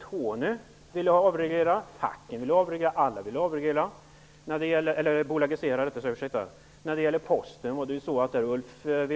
Tony Hagström, facken och alla andra intressenter ville bolagisera. När det gäller Posten ville Ulf Dahlsten,